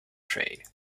trade